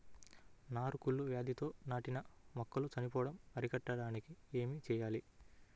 నారు కుళ్ళు వ్యాధితో నాటిన మొక్కలు చనిపోవడం అరికట్టడానికి ఏమి చేయాలి?